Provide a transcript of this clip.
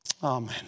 Amen